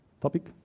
topic